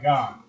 God